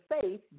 faith